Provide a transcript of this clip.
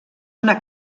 una